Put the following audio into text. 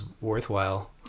worthwhile